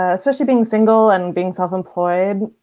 ah especially being single and being self-employed,